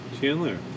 Chandler